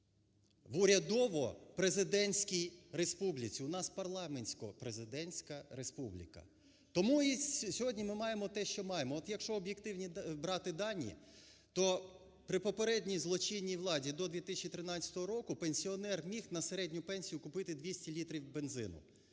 в урядово-президентській республіці, у нас парламентсько-президентська республіка. Тому сьогодні ми маємо те, що маємо. От якщо об'єктивні брати дані, то при попередній злочинній владі до 2013 року пенсіонер міг на середню пенсію купити 200 літрів бензину.